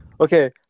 Okay